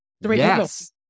Yes